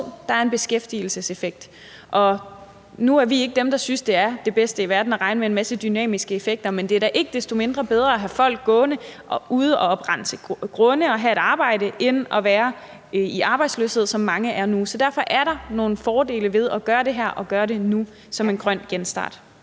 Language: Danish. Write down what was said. der er en beskæftigelseseffekt. Nu er vi ikke dem, der synes, det er det bedste i verden at regne med en masse dynamiske effekter, men det er da ikke desto mindre bedre at have folk gående ude og oprense grunde og have et arbejde end at være i arbejdsløshed, som mange er nu. Så derfor er der nogle fordele ved at gøre det her og gøre det nu som en grøn genstart.